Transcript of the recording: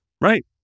Right